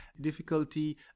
difficulty